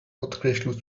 podkreślił